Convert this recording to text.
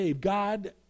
God